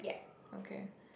okay